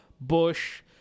Bush